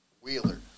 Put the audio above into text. Wheeler